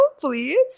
please